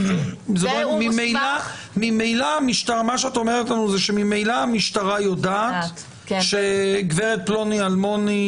מה שאת אומרת לנו זה שממילא המשטרה יודעת שגברת פלוני אלמוני